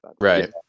Right